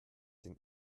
den